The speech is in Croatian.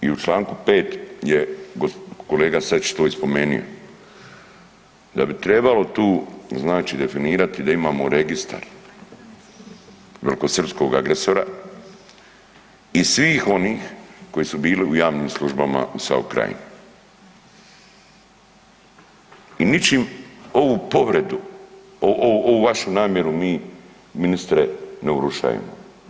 I u članku 5. je, kolega Sačić je to i spomenuo, da bi trebalo tu znači definirati da imamo registar velikosrpskog agresora i svih onih koji su bili u javnim službama u SAO krajini i ničim ovu povredu, ovu vašu namjeru mi ministre ne urušavamo.